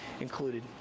included